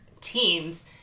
teams